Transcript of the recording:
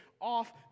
off